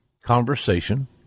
conversation